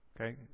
Okay